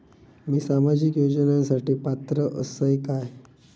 मी सामाजिक योजनांसाठी पात्र असय काय?